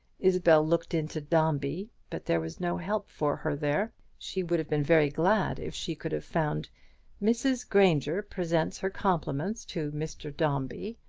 isabel looked into dombey, but there was no help for her there. she would have been very glad if she could have found mrs. grainger presents her compliments to mr. dombey,